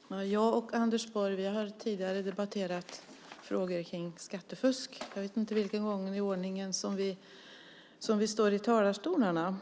Fru talman! Jag och Anders Borg har tidigare debatterat frågor om skattefusk. Jag vet inte vilken gång i ordningen det är vi står i talarstolarna.